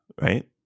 right